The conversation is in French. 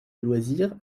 loisirs